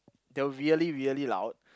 they're really really loud